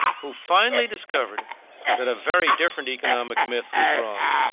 who finally discovered that a very different economic myth was wrong.